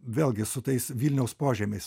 vėlgi su tais vilniaus požemiais